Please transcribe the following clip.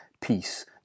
peace